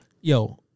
Yo